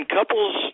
couples